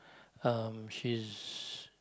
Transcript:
um she's